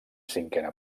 cinquena